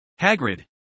Hagrid